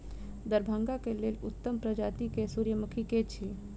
दरभंगा केँ लेल उत्तम प्रजाति केँ सूर्यमुखी केँ अछि?